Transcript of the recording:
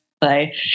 play